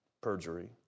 perjury